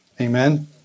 Amen